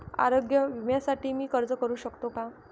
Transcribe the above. आरोग्य विम्यासाठी मी अर्ज करु शकतो का?